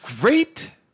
great